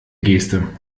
geste